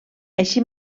així